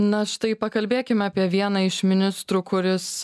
na štai pakalbėkime apie vieną iš ministrų kuris